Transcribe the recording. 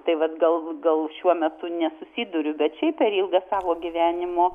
tai vat gal gal šiuo metu nesusiduriu bet šiaip per ilgą savo gyvenimo